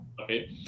Okay